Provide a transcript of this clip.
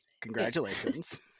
congratulations